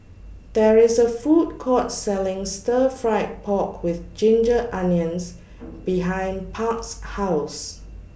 There IS A Food Court Selling Stir Fried Pork with Ginger Onions behind Park's House